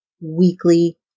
weekly